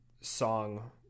song